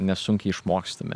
nesunkiai išmokstami